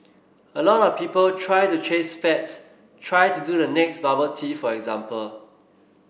a lot of people try to chase fads try to do the next bubble tea for example